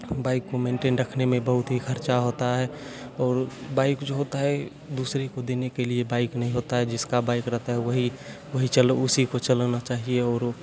bike को maintain रखने में बहुत ही खर्चा होता है और बाइक जो होता है दूसरे को देने के लिए बाइक नहीं होता है जिसका बाइक रहता है वही वही उसी को चलाना चाहिए और